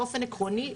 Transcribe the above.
באופן עקרוני,